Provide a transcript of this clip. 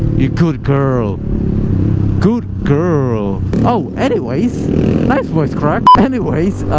you good girl good girl oh anyways nice voicecrack anyways